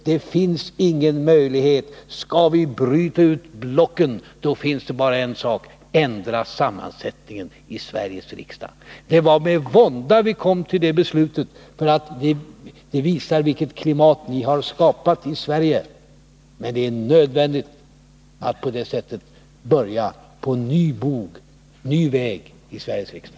Det finns ingen möjlighet här. Skall vi bryta ut blocken, då finns det bara en sak att göra — att ändra sammansättningen i Sveriges riksdag. Det var med vånda som vi kom fram till detta beslut, för det visar vilket klimat ni har skapat i Sverige. Men det är nödvändigt att på det sättet börja på ny bog, slå in på en ny väg i Sveriges riksdag.